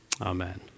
amen